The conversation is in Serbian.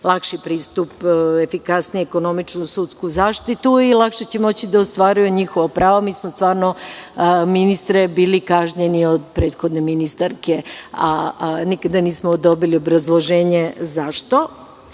lakši pristup, efikasniju sudsku zaštitu i lakše će moći da ostvaruju njihova prava. Mi smo stvarno, ministre, bili kažnjeni od prethodne ministarke, a nikada nismo dobili obrazloženje